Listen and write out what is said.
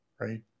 right